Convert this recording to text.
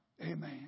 Amen